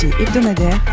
hebdomadaire